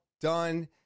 done